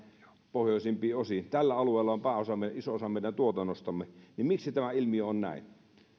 pohjoisimpiin osiin tällä alueella on iso osa meidän tuotannostamme miksi tämä ilmiö on näin